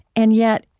and yet,